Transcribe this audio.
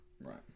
Right